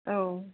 औ